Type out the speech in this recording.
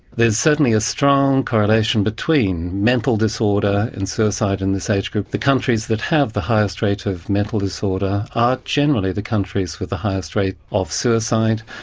there's certainly a strong correlation between mental disorder and suicide in this age group. the countries that have the highest rate of mental disorder are generally the countries with the highest rate of suicide.